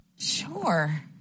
Sure